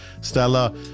stella